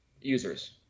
users